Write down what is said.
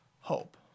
hope